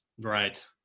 Right